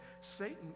Satan